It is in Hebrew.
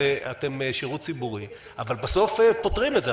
אתם שירות ציבורי אבל בסוף פותרים את זה.